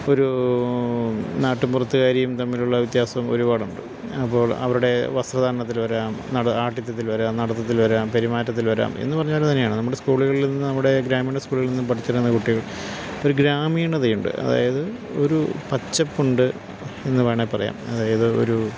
ഒരു നാട്ടുംപുറത്തുകാരിയും തമ്മിലുള്ള വ്യത്യാസം ഒരുപാടുണ്ട് അപ്പോൾ അവരുടെ വസ്ത്രധാരണത്തിൽ വരാം ആട്ടിത്തത്തിൽ വരാം നടത്തത്തിൽ വരാം പെരുമാറ്റത്തിൽ വരാം എന്ന് പറഞ്ഞപോലെത്തന്നെയാണ് നമ്മുടെ സ്കൂളുകളിൽനിന്ന് നമ്മുടെ ഗ്രാമീണ സ്കൂളുകളിൽനിന്ന് പഠിച്ചിറങ്ങുന്ന കുട്ടികൾ ഒരു ഗ്രാമീണതയുണ്ട് അതായത് ഒരു പച്ചപ്പുണ്ട് എന്ന് വേണെൽ പറയാം അതായത് ഒരു